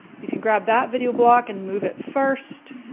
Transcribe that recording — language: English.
you can grab that video block and move it first,